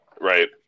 Right